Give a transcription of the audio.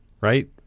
right